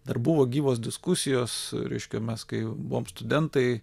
dar buvo gyvos diskusijos reiškia mes kai buvom studentai